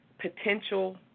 potential